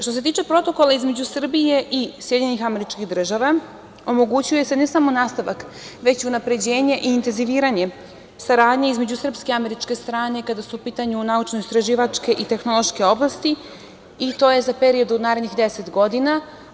Što se tiče Protokola između Srbije i SAD, omogućuje se ne samo nastavak, već i unapređenje i intenziviranje saradnje između srpske i američke strane kada su u pitanju naučno-istraživačke i tehnološke oblasti, i to je za period od narednih 10 godina.